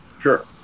Sure